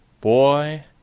Boy